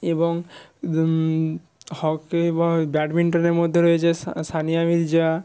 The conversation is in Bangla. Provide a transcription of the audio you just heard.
এবং হকি বা ব্যাডমিন্টনের মধ্যে রয়েছে সা সানিয়া মির্জা